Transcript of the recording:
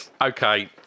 Okay